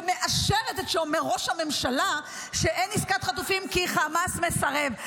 ומאשרת את שאומר ראש הממשלה שאין עסקת חטופים כי חמאס מסרב.